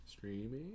streaming